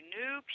new